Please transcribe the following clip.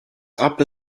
upper